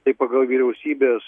tai pagal vyriausybės